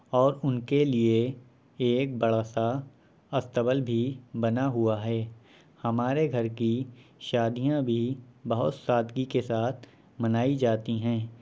اور ان کے لیے ایک بڑا سا اصطبل بھی بنا ہوا ہے ہمارے گھر کی شادیاں بھی بہت سادگی کے ساتھ منائی جاتی ہیں